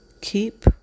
Keep